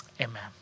Amen